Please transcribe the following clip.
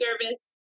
service